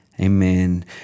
Amen